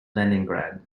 leningrad